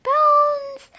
Bones